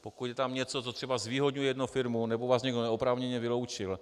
Pokud je tam něco, co třeba zvýhodňuje jednu firmu, nebo vás někdo neoprávněně vyloučil.